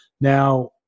now